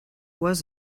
was